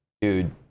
dude